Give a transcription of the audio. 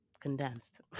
condensed